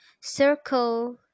circle